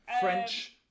French